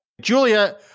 Julia